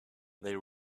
they